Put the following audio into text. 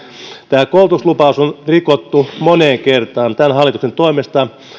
tämä koulutuslupaus on rikottu moneen kertaan tämän hallituksen toimesta